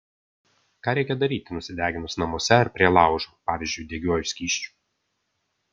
ką reikia daryti nusideginus namuose ar prie laužo pavyzdžiui degiuoju skysčiu